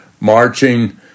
marching